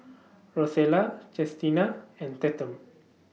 Rosella Chestina and Tatum